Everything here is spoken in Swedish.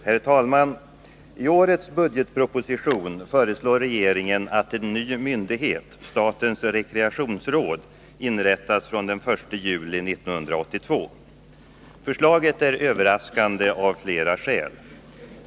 Herr talman! I årets budgetproposition föreslår regeringen att en ny myndighet, statens rekreationsråd, inrättas från den 1 juli 1982. Förslaget är överraskande av flera skäl.